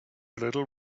little